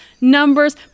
numbers